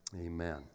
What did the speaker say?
Amen